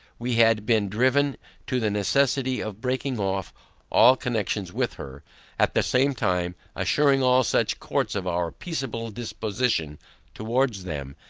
we had been driven to the necessity of breaking off all connections with her at the same time, assuring all such courts of our peacable disposition towards them,